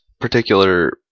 particular